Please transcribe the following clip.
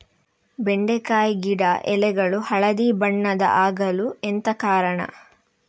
ಬೆಂಡೆಕಾಯಿ ಗಿಡ ಎಲೆಗಳು ಹಳದಿ ಬಣ್ಣದ ಆಗಲು ಎಂತ ಕಾರಣ?